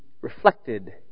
reflected